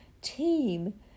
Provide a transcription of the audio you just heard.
team